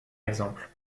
exemple